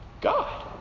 God